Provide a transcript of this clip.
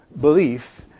belief